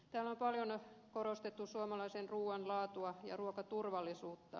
täällä on paljon korostettu suomalaisen ruuan laatua ja ruokaturvallisuutta